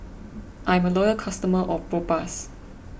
I'm a loyal customer of Propass